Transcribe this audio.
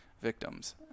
victims